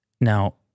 Now